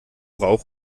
rauch